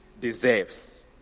deserves